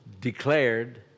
declared